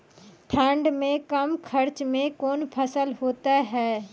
ठंड मे कम खर्च मे कौन फसल होते हैं?